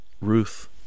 Ruth